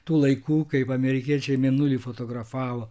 tų laikų kaip amerikiečiai mėnulį fotografavo